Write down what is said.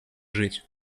жить